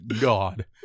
God